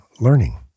learning